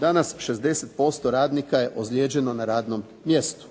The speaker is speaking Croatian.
danas 60% radnika je ozlijeđeno na radom mjestu.